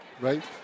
right